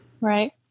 Right